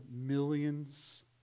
millions